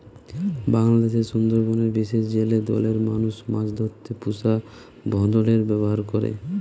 বাংলাদেশের সুন্দরবনের বিশেষ জেলে দলের মানুষ মাছ ধরতে পুষা ভোঁদড়ের ব্যাভার করে